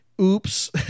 oops